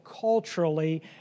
culturally